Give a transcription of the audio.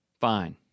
Fine